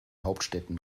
hauptstädten